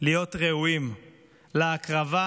להיות ראויים להקרבה